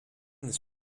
this